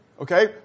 Okay